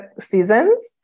seasons